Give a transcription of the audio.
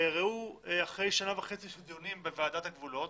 וראו, אחרי שנה וחצי של דיונים בוועדת הגבולות,